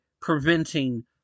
preventing